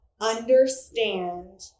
understand